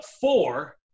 four